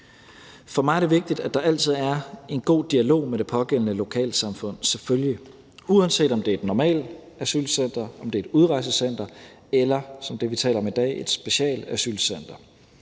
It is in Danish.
For mig er det selvfølgelig vigtigt, at der altid er en god dialog med det pågældende lokalsamfund, uanset om det er et normalt asylcenter, om det er et udrejsecenter, eller om det er det, vi taler om i dag, et specialasylcenter.